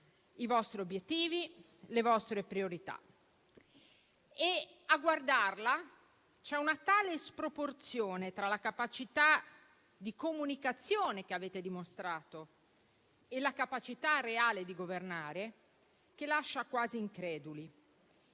i vostri obiettivi, le vostre priorità. A guardarla, questa manovra, vi è una tale sproporzione, tra la capacità di comunicazione che avete dimostrato e la capacità reale di governare, che lascia quasi increduli.